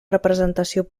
representació